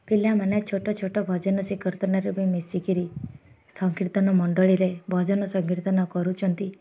ପିଲାମାନେ ଛୋଟ ଛୋଟ ଭଜନ ସେ କୀର୍ତ୍ତନରେ ବି ମିଶିକିରି ସଂକୀର୍ତ୍ତନ ମଣ୍ଡଳୀରେ ଭଜନ ସଂକୀର୍ତ୍ତନ କରୁଛନ୍ତି